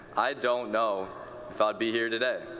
i don't know if i would be here today.